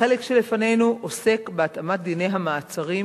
החלק שלפנינו עוסק בהתאמת דיני המעצרים